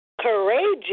Courageous